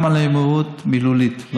גם על אלימות מילולית.